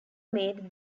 made